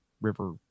river